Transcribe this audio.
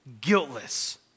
Guiltless